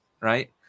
right